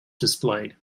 displayed